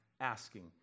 asking